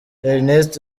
ernest